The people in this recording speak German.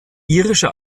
irische